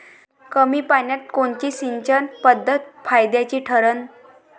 कमी पान्यात कोनची सिंचन पद्धत फायद्याची ठरन?